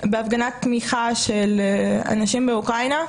בהפגנת התמיכה בתל אביב לאנשים באוקראינה,